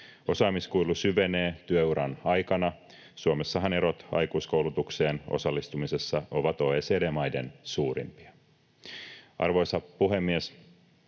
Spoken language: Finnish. Osaamiskuilu syvenee työuran aikana — Suomessahan erot aikuiskoulutukseen osallistumisessa ovat OECD-maiden suurimpia. Arvoisa puhemies!